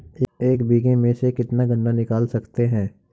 एक बीघे में से कितना गन्ना निकाल सकते हैं?